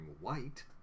white